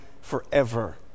forever